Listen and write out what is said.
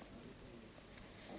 7n